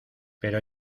pero